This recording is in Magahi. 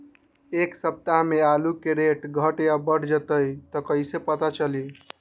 एक सप्ताह मे आलू के रेट घट ये बढ़ जतई त कईसे पता चली?